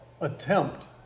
attempt